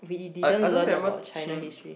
I I don't remember qing